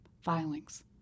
filings